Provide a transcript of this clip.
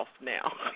now